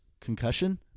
concussion